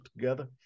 together